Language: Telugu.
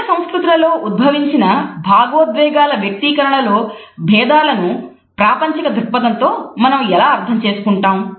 ఇతర సంస్కృతులలో ఉద్భవించిన భావోద్వేగాల వ్యక్తీకరణ లో భేదాలను ప్రాపంచిక దృక్పథంతో మనం ఎలా అర్థం చేసుకుంటాం